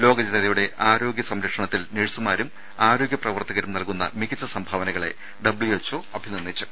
ലോക ജനതയുടെ ആരോഗ്യ സംരക്ഷണത്തിൽ നഴ്സുമാരും ആരോഗ്യ പ്രവർത്തകരും നൽകുന്ന മികച്ച സംഭാവനകളെ ണഒഛ അഭിനന്ദിച്ചു